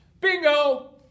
Bingo